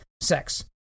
sex